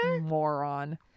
moron